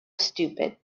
stupid